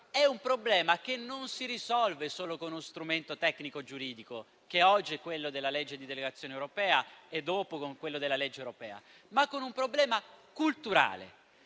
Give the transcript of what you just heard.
generale - non si risolve solo con uno strumento tecnico-giuridico, che oggi è quello della legge di delegazione europea e poi sarà quello della legge europea, perché è culturale: